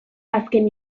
azken